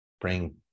bring